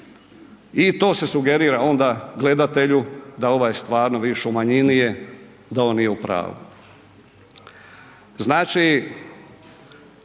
I se sugerira onda gledatelju, da ovaj stvarno vidiš u manjini je da on nije u pravu. Znači,